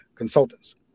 consultants